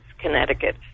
Connecticut